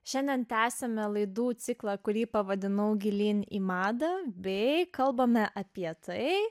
šiandien tęsiame laidų ciklą kurį pavadinau gilyn į madą bei kalbame apie tai